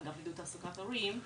אגף עידוד תעסוקת הורים.